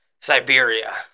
Siberia